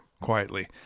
quietly